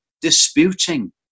disputing